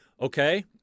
Okay